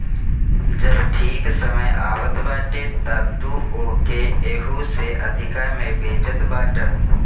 जब ठीक समय आवत बाटे तअ तू ओके एहू से अधिका में बेचत बाटअ